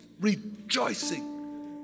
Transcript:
rejoicing